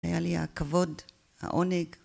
היה לי הכבוד, העונג